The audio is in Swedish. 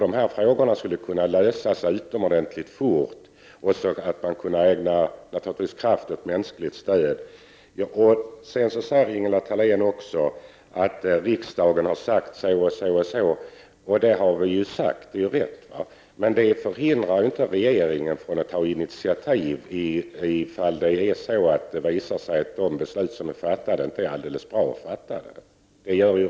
Dessa frågor skulle kunna lösas utomordentligt fort för att kraft skulle kunna ägnas åt mänskligt stöd. Ingela Thalén säger vidare att riksdagen har gjort vissa uttalanden. Det är riktigt. Men det hindrar inte regeringen från att ta initiativ om det visar sig att de beslut som är fattade inte alls är bra.